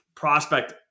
Prospect